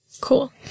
Cool